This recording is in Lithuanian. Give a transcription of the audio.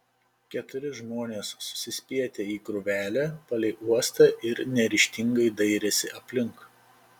keturi žmonės susispietė į krūvelę palei uostą ir neryžtingai dairėsi aplink